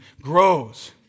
grows